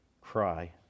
cry